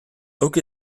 oak